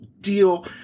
deal